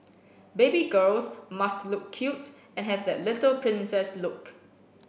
baby girls must look cute and have that little princess look